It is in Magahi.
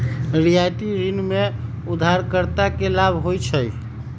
रियायती ऋण में उधारकर्ता के लाभ होइ छइ